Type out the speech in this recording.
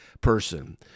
person